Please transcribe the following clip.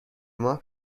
ماه